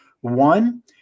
one